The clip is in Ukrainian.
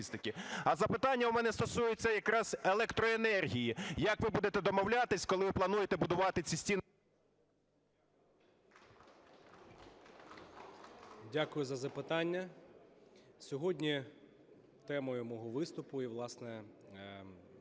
Дякую за запитання. Сьогодні темою мого виступу і, власне,